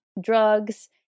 drugs